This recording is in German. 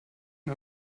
mal